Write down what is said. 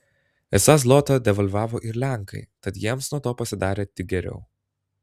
esą zlotą devalvavo ir lenkai tad jiems nuo to pasidarė tik geriau